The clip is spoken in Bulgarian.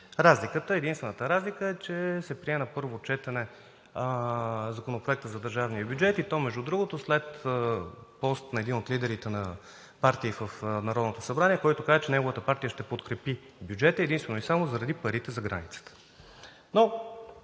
Единствената разлика е, че се прие на първо четене Законопроектът за държавния бюджет, и то между другото, след пост на един от лидерите на партия в Народното събрание, който казва, че неговата партия ще подкрепи бюджета единствено и само заради парите за границата.